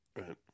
Right